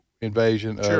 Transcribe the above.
invasion